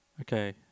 okay